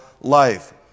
life